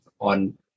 on